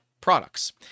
products